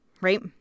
Right